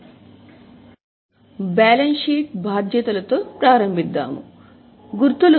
కాబట్టి మన balance sheet బాధ్యతలతో ప్రారంభించాము ఇవి గుర్తులు